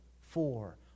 Four